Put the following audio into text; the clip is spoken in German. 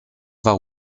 war